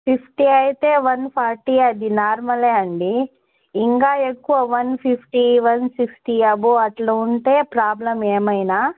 fifty అయితే one forty అది normal అండి ఇంకా ఎక్కువ one fifty one sixty above అట్లా ఉంటే ప్రాబ్లం ఏమైనా